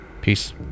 Peace